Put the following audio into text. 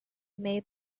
made